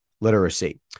literacy